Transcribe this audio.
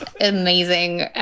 amazing